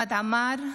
חמד עמאר,